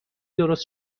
درست